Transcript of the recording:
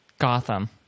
Gotham